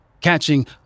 catching